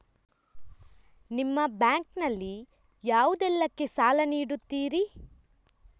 ನಿಮ್ಮ ಬ್ಯಾಂಕ್ ನಲ್ಲಿ ಯಾವುದೇಲ್ಲಕ್ಕೆ ಸಾಲ ನೀಡುತ್ತಿರಿ?